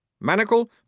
Manacle